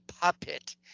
puppet